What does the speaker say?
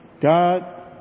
God